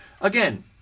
Again